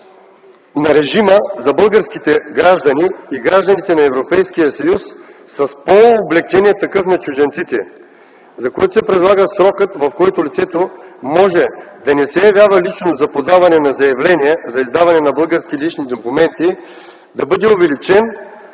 на режима за българските граждани и гражданите на Европейския съюз с по-облекчения такъв на чужденците, за което се предлага срокът, в който лицето може да не се явява лично за подаване на заявление за издаване на български лични документи, да бъде увеличен